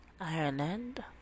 Ireland